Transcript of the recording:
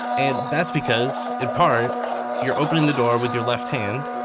and that's because in part you're opening the door with your left hand.